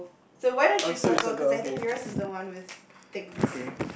so why don't you circle cause I think yours is the one with things